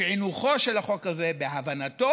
בפיענוחו של החוק הזה, בהבנתו,